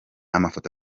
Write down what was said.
amafoto